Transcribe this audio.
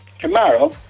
tomorrow